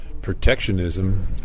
protectionism